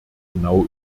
genau